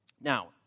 Now